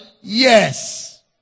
yes